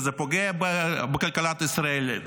וזה פוגע בכלכלת ישראל,